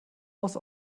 aus